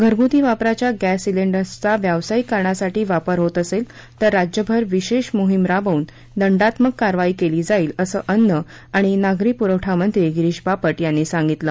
घरगुती वापराच्या गॅस सिलेंडर्सचा व्यावसायिक कारणासाठी वापर होत असेल तर राज्यभर विशेष मोहिम राबवून दंडात्मक कारवाई केली जाईल असं अन्न आणि नागरी पुरवठा मंत्री गिरीश बापट यांनी सांगितलं